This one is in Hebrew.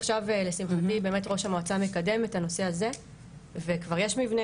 לשמחתי באמת ראש המועצה מקדם את הנושא הזה וכבר יש מבנה